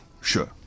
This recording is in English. Sure